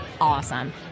awesome